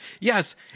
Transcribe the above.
Yes